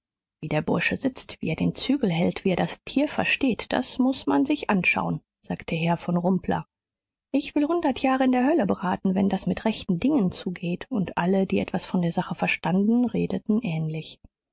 wie der bursche sitzt wie er den zügel hält wie er das tier versteht das muß man sich anschauen sagte herr von rumpler ich will hundert jahre in der hölle braten wenn das mit rechten dingen zugeht und alle die etwas von der sache verstanden redeten ähnlich